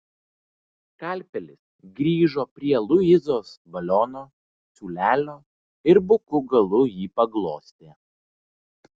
skalpelis grįžo prie luizos baliono siūlelio ir buku galu jį paglostė